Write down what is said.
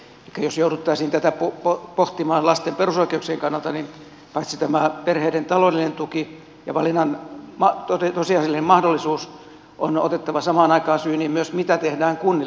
eli jos jouduttaisiin tätä pohtimaan lasten perusoikeuksien kannalta niin paitsi tämä perheiden taloudellinen tuki ja valinnan tosiasiallinen mahdollisuus on otettava samaan aikaan syyniin myös mitä tehdään kunnille